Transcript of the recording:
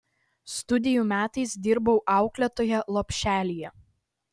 studijų metais dirbau auklėtoja lopšelyje